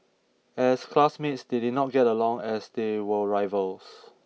as classmates they did not get along as they were rivals